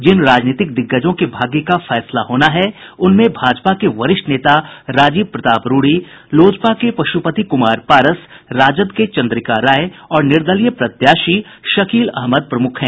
जिन राजनीतिक दिग्गजों के भाग्य का फैसला होना है उनमें भाजपा के वरिष्ठ नेता राजीव प्रताप रूडी लोजपा के पशुपति कुमार पारस राजद के चंद्रिका राय और निर्दलीय प्रत्याशी शकील अहमद प्रमुख हैं